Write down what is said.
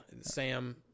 Sam